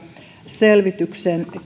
selvityksen